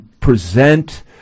present